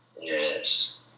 Yes